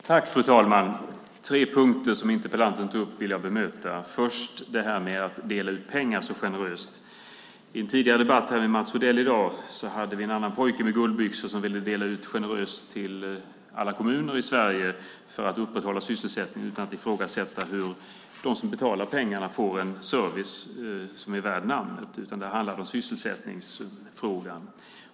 Fru ålderspresident! Tre punkter som interpellanten tog upp vill jag bemöta, först detta att dela ut pengar så generöst. I en tidigare debatt här med Mats Odell i dag hade vi en annan pojke med guldbyxor som ville dela ut pengar generöst till alla kommuner i Sverige för att upprätthålla sysselsättningen. Han ifrågasatte inte om de som betalar pengarna får en service som är värd namnet, utan det handlade om sysselsättningsfrågan.